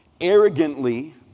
arrogantly